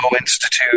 Institute